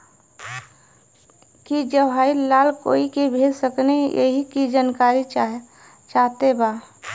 की जवाहिर लाल कोई के भेज सकने यही की जानकारी चाहते बा?